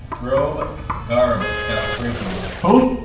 brobe garb got sprinkles. who?